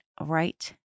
right